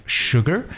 sugar 。